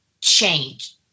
change